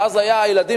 ואז הילדים,